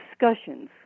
discussions